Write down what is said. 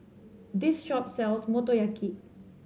this shop sells Motoyaki